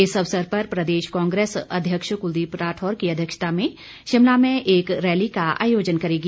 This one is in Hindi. इस अवसर पर प्रदेश कांग्रेस अध्यक्ष कुलदीप राठौर की अध्यक्षता में शिमला में एक रैली निकालेगी